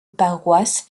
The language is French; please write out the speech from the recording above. paroisse